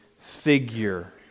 figure